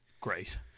Great